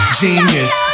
genius